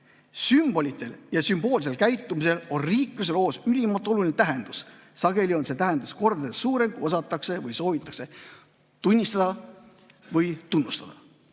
sümbolitel ja sümboolsel käitumisel on riikluse loos ülimalt oluline tähendus, sageli on see tähendus kordades suurem, kui osatakse või soovitakse tunnistada või tunnustada.